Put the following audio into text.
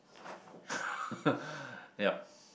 yup